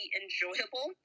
enjoyable